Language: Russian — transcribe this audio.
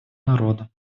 народа